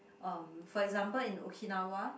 um for example in Okinawa